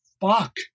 fuck